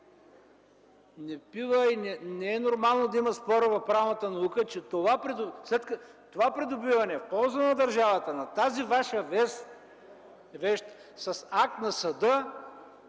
Не е нормално да има спор в правната наука, че това придобиване, в полза на държавата на Вашата вещ с акт на съда,